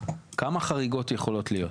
כמה חריגות יכולות להיות?